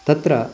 तत्र